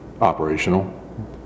operational